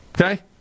Okay